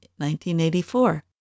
1984